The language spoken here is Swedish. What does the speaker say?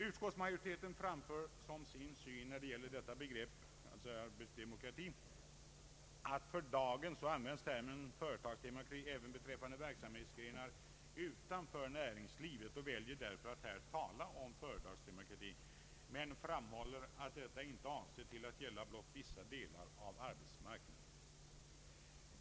Utskottsmajoriteten framför som sin syn när det gäller begreppet ”arbetsdemokrati” att termen företagsdemokrati för dagen används även beträffande verksamhetsgrenar utanför näringslivet och väljer därför att här tala om företagsdemokrati men framhåller att detta inte avser att gälla blott vissa delar av arbetsmarknaden.